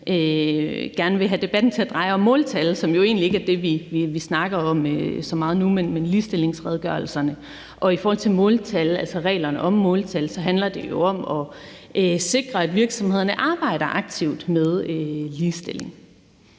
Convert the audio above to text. vil have debatten til at dreje sig om måltal, som jo egentlig ikke er det, vi snakker så meget om nu, men derimod ligestillingsredegørelserne. Og i forhold til måltal, altså reglerne om måltal, handler det jo om at sikre, at virksomhederne arbejder aktivt med ligestilling.